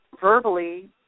verbally